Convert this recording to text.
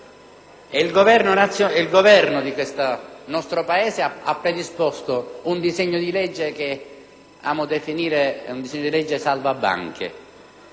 Il Governo del nostro Paese ha predisposto un disegno di legge che amo definire salva banche.